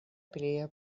pelea